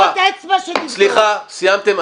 סליחה,